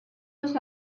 los